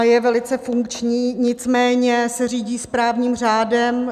Je velice funkční, nicméně se řídí správním řádem.